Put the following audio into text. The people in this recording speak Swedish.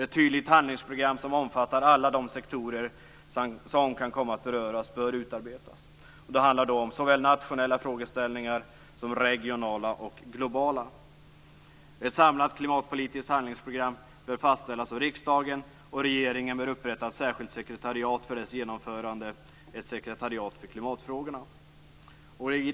Ett tydligt handlingsprogram, som omfattar alla de sektorer som kan komma att beröras, bör utarbetas. Det handlar om såväl nationella som regionala och globala frågeställningar. Ett samlat klimatpolitiskt handlingsprogram bör fastställas av riksdagen. Regeringen bör för dess genomförande upprätta ett särskilt sekretariat för klimatfrågorna.